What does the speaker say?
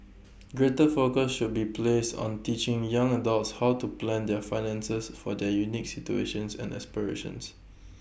greater focus should be placed on teaching young adults how to plan their finances for their unique situations and aspirations